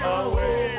away